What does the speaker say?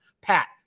Pat